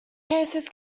cases